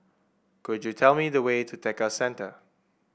could you tell me the way to Tekka Centre